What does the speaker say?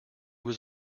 was